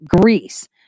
Greece